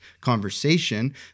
conversation